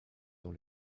dans